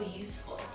useful